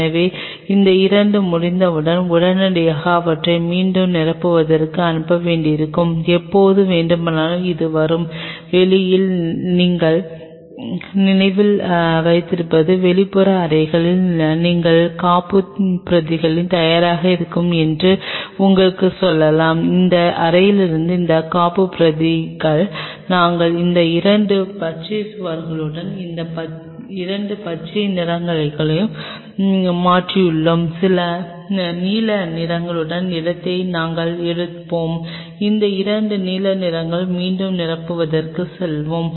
எனவே இந்த இரண்டும் முடிந்தவுடன் உடனடியாக அவற்றை மீண்டும் நிரப்புவதற்கு அனுப்ப வேண்டியிருக்கும் எப்போது வேண்டுமானாலும் இது வரும் வெளியில் நீங்கள் நினைவில் வைத்திருப்பது வெளிப்புற அறையில் நீங்கள் காப்புப்பிரதிகள் தயாராக இருக்கும் என்று உங்களுக்குச் சொல்லலாம் அந்த அறையிலிருந்து அந்த காப்புப்பிரதிகள் நாங்கள் இந்த இரண்டு பச்சை சுவர்களையும் இந்த இரண்டு பச்சை நிறங்களையும் மாற்றுவோம் நீல நிறங்களின் இடத்தை நாங்கள் எடுப்போம் இந்த இரண்டு நீல நிறங்களும் மீண்டும் நிரப்புவதற்கு செல்வோம்